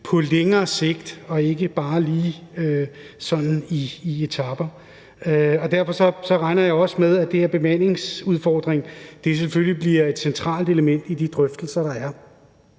på længere sigt og ikke bare lige sådan i etaper. Derfor regner jeg også med, at det her med bemandingsudfordringen selvfølgelig bliver et centralt element i de drøftelser, der vil